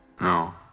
No